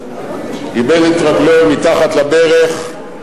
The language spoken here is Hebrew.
איבד את רגלו מתחת לברך.